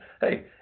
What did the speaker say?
Hey